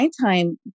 nighttime